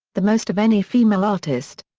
the most of any female artist.